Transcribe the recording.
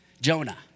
Jonah